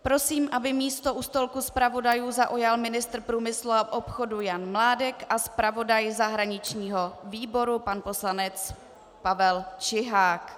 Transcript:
Prosím, aby místo u stolku zpravodajů zaujal ministr průmyslu a obchodu Jan Mládek a zpravodaj zahraničního výboru pan poslanec Pavel Čihák.